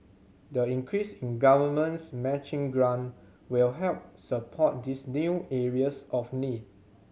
the increase in Government's matching grant will help support these new areas of need